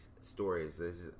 stories